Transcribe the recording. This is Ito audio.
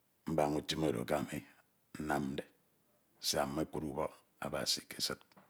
mbana utim oro eke ami nnamde siak mmekud ubọk Abasi ke esid.